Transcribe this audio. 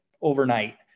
overnight